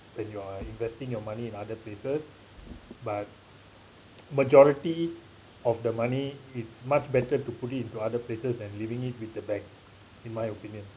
when you are investing your money in other places but majority of the money it's much better to put it into other places than leaving it with the bank in my opinion